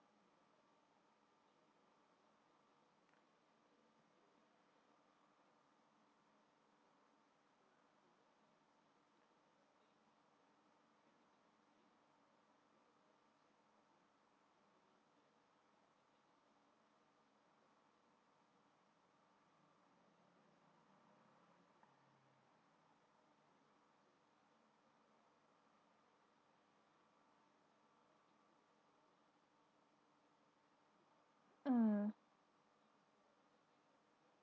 mm